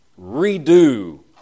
redo